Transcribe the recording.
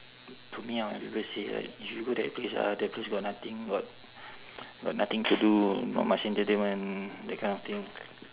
took me out and people say like if you go that place ah that place got nothing got got nothing to do not much entertainment that kind of thing